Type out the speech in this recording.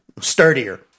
sturdier